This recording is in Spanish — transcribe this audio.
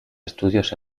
estudios